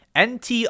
NT